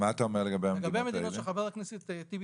עכשיו לגבי המדינות שחבר הכנסת טיבי